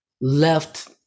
left